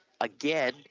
again